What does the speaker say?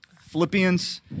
Philippians